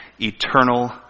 eternal